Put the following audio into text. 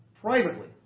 privately